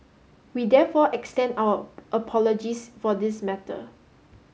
we therefore extend our apologies for this matter